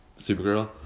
Supergirl